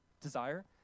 desire